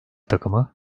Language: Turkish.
takımı